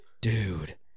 dude